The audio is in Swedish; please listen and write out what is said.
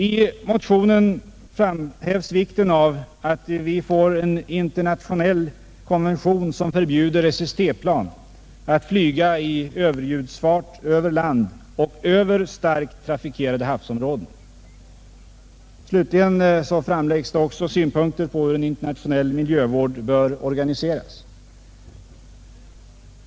I motionen framhävs vikten av att vi får en internationell konvention som förbjuder SST-plan att flyga med överljudsfart över land och över starkt trafikerade havsområden. Slutligen framläggs synpunkter på hur en internationell miljövård bör organiseras.